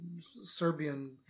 serbian